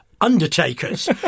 Undertakers